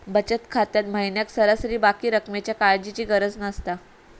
बचत खात्यात महिन्याक सरासरी बाकी रक्कमेच्या काळजीची गरज नसता